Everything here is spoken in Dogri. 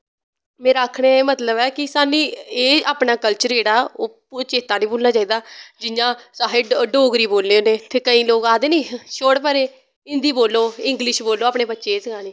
मेरा आक्खने दा एह् मतलव ऐ कि साह्नू एह् अपना कल्चर जेह्ड़ा ओह् चेत्त नी भुल्लना चाहिदा जियां अस डोगरी बोलने होने ते केईं लोग आखदे ना शोड़ परें हिन्दी बोल्लो इंगलिश बोल्लो अपने बच्चें बी सखानी